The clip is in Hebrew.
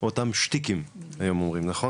אותם שטיקים היום אומרים.